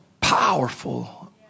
powerful